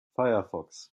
firefox